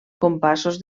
compassos